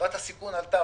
סביבת הסיכון עלתה,